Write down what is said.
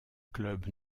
club